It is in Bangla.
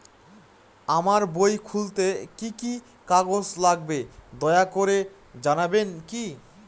আমার বই খুলতে কি কি কাগজ লাগবে দয়া করে জানাবেন কি?